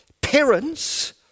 Parents